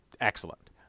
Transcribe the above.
excellent